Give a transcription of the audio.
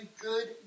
good